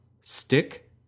stick